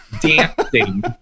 dancing